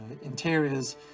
interiors